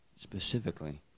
specifically